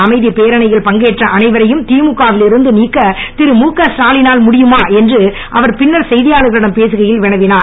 அமைதப் பேரணியில் பங்கேற்ற அனைவரையும் திமுகவில் இருந்து நீக்க திரு முக ஸ்டாலினால் முடியுமா என்று அவர் பின்னர் செய்தியாளர்களிடம் பேசுகையில் வேண்டினார்